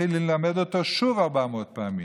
התחיל ללמד אותו שוב 400 פעמים.